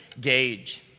gauge